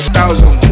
Thousand